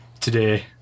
today